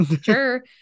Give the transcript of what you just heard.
sure